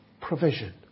provision